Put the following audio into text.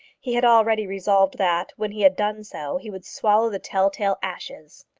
he had already resolved that, when he had done so, he would swallow the tell-tale ashes.